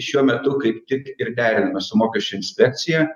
šiuo metu kaip tik ir deriname su mokesčių inspekcija